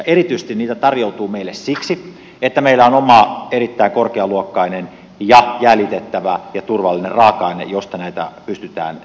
erityisesti niitä tarjoutuu meille siksi että meillä on oma erittäin korkealuokkainen ja jäljitettävä ja turvallinen raaka aine josta näitä pystytään tekemään